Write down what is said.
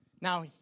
Now